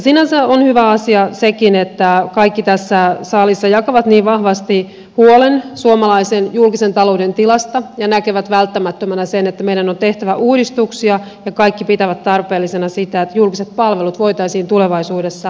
sinänsä on hyvä asia sekin että kaikki tässä salissa jakavat niin vahvasti huolen suomalaisen julkisen talouden tilasta ja näkevät välttämättömänä sen että meidän on tehtävä uudistuksia ja kaikki pitävät tarpeellisena sitä että julkiset palvelut voitaisiin tulevaisuudessa turvata